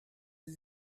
sie